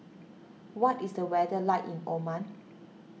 what is the weather like in Oman